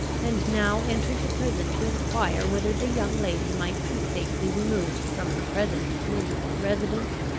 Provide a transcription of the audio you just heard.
and now entered the prison to enquire whether the young lady might be safely removed, from her present miserable residence,